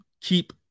keep